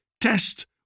test